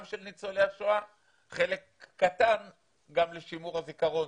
של ניצולי השואה וחלק קטן גם לשימור הזיכרון.